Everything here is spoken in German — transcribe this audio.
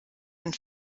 und